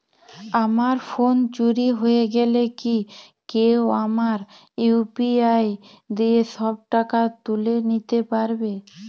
আমার ফোন চুরি হয়ে গেলে কি কেউ আমার ইউ.পি.আই দিয়ে সব টাকা তুলে নিতে পারবে?